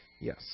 Yes